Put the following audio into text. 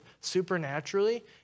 supernaturally